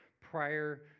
prior